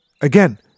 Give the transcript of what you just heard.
again